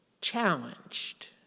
challenged